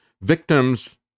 victims